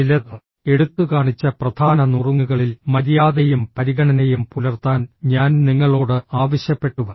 ചിലത് എടുത്തുകാണിച്ച പ്രധാന നുറുങ്ങുകളിൽ മര്യാദയും പരിഗണനയും പുലർത്താൻ ഞാൻ നിങ്ങളോട് ആവശ്യപ്പെട്ടു